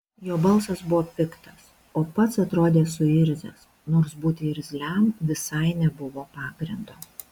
jo balsas buvo piktas o pats atrodė suirzęs nors būti irzliam visai nebuvo pagrindo